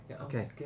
okay